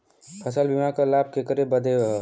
फसल बीमा क लाभ केकरे बदे ह?